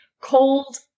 cold